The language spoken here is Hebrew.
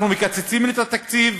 אנחנו מקצצים את התקציב,